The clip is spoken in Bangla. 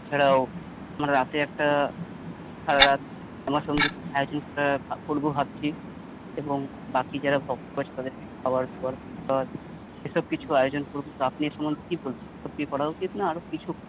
এছাড়াও রাতে একটা সারারাত শ্যামা সঙ্গীতের আয়োজন করবো ভাবছি এবং বাকি যারা ভক্ত আছে তাদেরকে খাওয়াদাবার এইসব কিছুর আয়োজন করবো তো আপনি এ সম্বন্ধে কি বলবেন এটা করা উচিত না আরও কিছু করা উচিত